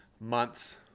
months